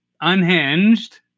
unhinged